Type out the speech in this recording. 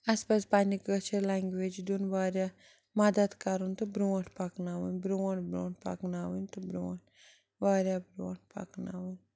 اَسہِ پَزِ پنٛنہِ کٲشٕر لٮ۪نٛگویج دیُن واریاہ مَدتھ کَرُن تہٕ برٛونٛٹھ پَکناوُن برٛونٛٹھ برٛونٛٹھ پَکناوٕنۍ تہٕ برٛونٛٹھ واریاہ برٛونٛٹھ پَکناوٕنۍ